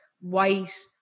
white